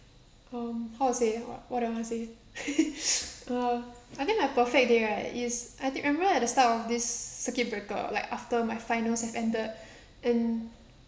um how to say what what I want to say uh I think my perfect day right is I th~ remember at the start of this circuit breaker like after my finals have ended and